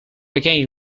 again